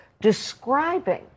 describing